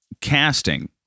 casting